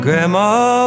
Grandma